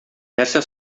нәрсә